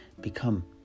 become